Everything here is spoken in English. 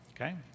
Okay